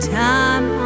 time